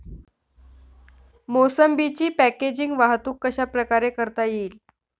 मोसंबीची पॅकेजिंग वाहतूक कशाप्रकारे करता येईल?